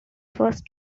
first